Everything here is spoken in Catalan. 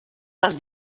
els